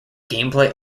gameplay